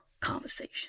conversation